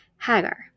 Hagar